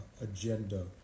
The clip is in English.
agenda